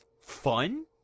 fun